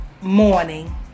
morning